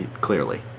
clearly